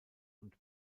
und